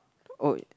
oh